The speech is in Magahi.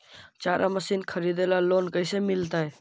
चारा मशिन खरीदे ल लोन कैसे मिलतै?